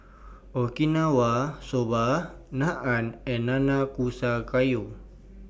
Okinawa Soba Naan and Nanakusa Gayu